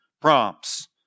prompts